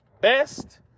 Best